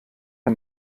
der